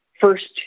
first